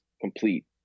complete